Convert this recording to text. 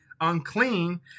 unclean